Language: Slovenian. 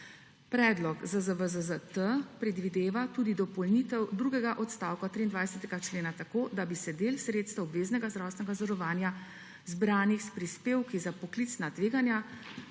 Predlog ZZVZZ-T predvideva tudi dopolnitev drugega odstavka 23. člena tako, da bi se del sredstev obveznega zdravstvenega zavarovanja, zbranih s prispevki za poklicna tveganja,